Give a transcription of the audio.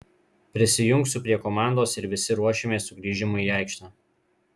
prisijungsiu prie komandos ir visi ruošimės sugrįžimui į aikštę